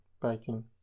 biking